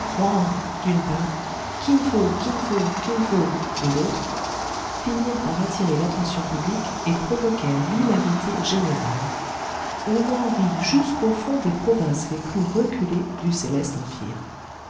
d'une part kin fo kin fo kin fo de l'autre finirent par attirer l'attention publique et provoquèrent l'hilarité générale on en rit jusqu'au fond des provinces les plus reculées du céleste empire